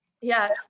Yes